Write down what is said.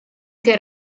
che